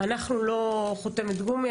אנחנו לא חותמת גומי,